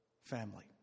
family